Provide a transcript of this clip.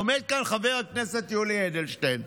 עומד כאן חבר הכנסת יולי אדלשטיין,